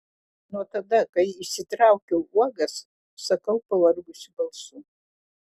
nuo tada kai išsitraukiau uogas sakau pavargusiu balsu